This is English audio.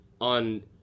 on